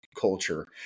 culture